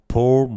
Poor